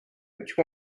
which